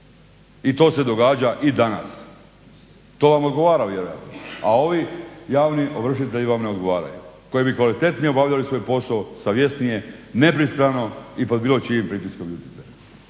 I to se događa i danas. To vam odgovara vjerojatno, a ovi javni ovršitelji vam ne odgovaraju koji bi kvalitetnije obavljali svoj posao, savjesnije, nepristrano i pod bilo čijim pritiskom.